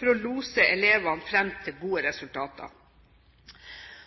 for å lose elevene fram til gode resultater.